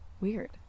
Weird